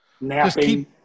Napping